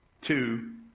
two